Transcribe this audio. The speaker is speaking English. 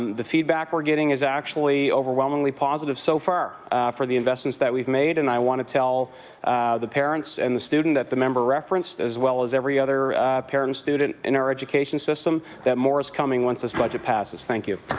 the feedback we're getting is actually overwhelmingly positive so far for the investments that we've made and i want to tell the parents and the student that the member referenced as well as every other parent and student in our education system that more is coming once this budget passes. thank you.